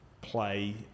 play